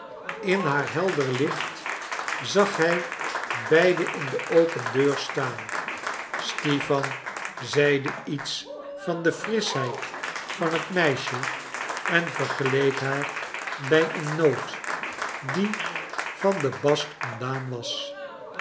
in haar helder licht zag hij beiden in de open deur staan stipan zeide iets van de frischheid van het meisje en vergeleek haar bij een noot die van den bast ontdaan was